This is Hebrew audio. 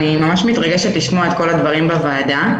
אני ממש מתרגשת לשמוע את כל הדברים בוועדה.